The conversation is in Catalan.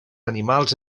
animals